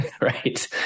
right